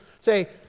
Say